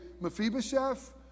Mephibosheth